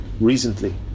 recently